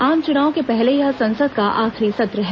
आम चुनाव के पहले यह संसद का आखिरी सत्र है